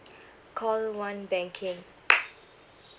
call one banking